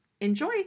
enjoy